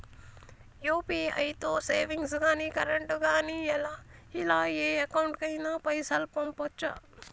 UPI తో savings గాని current గాని ఇలా ఏ అకౌంట్ కైనా పైసల్ పంపొచ్చా?